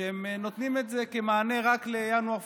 הם נותנים את זה כמענה רק לינואר-פברואר.